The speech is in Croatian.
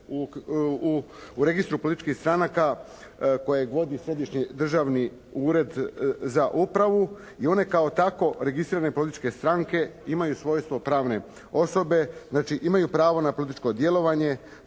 u Registru političkih stranaka kojeg vodi Središnji državni ured za upravu. I one kao tako registrirane političke stranke imaju svojstvo pravne osobe. Znači imaj pravo na političko djelovanje.